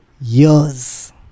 years